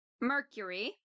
Mercury